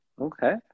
Okay